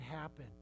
happen